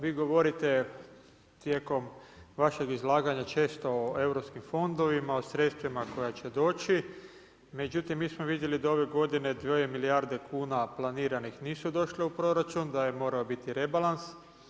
Vi govorite tijekom vašeg izlaganja često o europskim fondovima o sredstvima koja će doći, međutim mi smo vidjeli da ove godine dvije milijarde kuna planiranih nisu došle u proračun, da je morao biti rebalans.